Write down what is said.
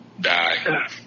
die